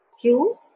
true